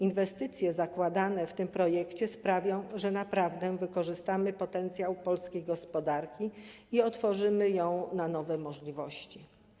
Inwestycje przewidziane w tym projekcie sprawią, że naprawdę wykorzystamy potencjał polskiej gospodarki i otworzymy ją na nowe możliwości.